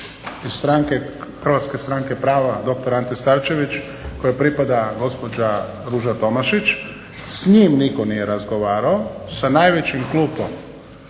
Šimunovićem iz HSP-a dr. Ante Starčević kojoj pripada gospođa Ruža Tomašić s njim nitko nije razgovarao, sa najvećim klubom